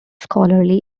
scholarly